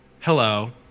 hello